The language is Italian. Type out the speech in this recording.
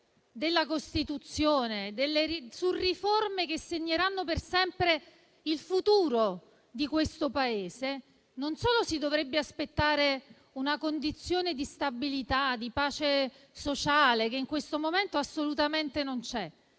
della Costituzione, su riforme che segneranno per sempre il futuro di questo Paese, non solo si dovrebbe aspettare una condizione di stabilità, di pace sociale che in questo momento assolutamente non c'è,